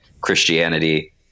Christianity